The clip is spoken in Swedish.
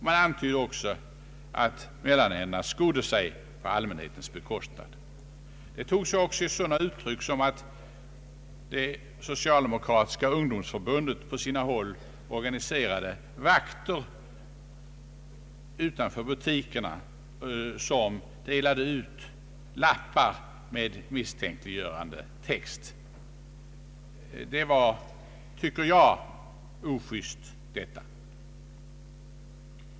Man antydde också att mellanhänderna skodde sig på allmänhetens bekostnad. Det tog sig bl.a. sådana uttryck som att Socialdemokratiska ungdomsförbundet på sina håll organiserade vakter som utanför butikerna delade ut lappar med misstänkliggörande text. Detta var enligt min uppfattning ojust.